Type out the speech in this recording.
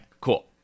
Cool